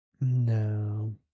No